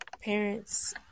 parents